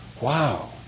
Wow